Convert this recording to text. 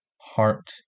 heart